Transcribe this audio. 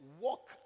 walk